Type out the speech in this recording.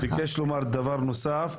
פרופסור הראל ביקש לומר דבר נוסף.